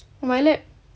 my lab